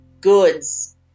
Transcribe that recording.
goods